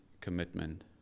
commitment